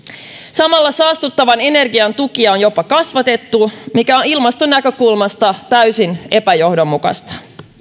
samalla saastuttavan energian tukia on jopa kasvatettu mikä on ilmastonäkökulmasta täysin epäjohdonmukaista